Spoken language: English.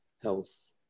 health